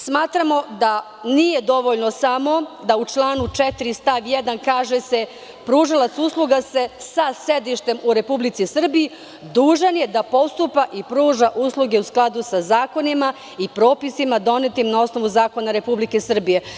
Smatramo da nije dovoljno samo da u članu 4. stav 1. kaže se – Pružalac usluga sa sedištem u Republici Srbiji dužan je da postupa i pruža usluge u skladu sa zakonima i propisima donetim na osnovu zakona Republike Srbije.